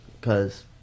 Cause